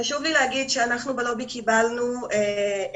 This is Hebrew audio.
חשוב לי לומר שאנחנו בלובי קיבלנו המון